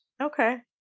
okay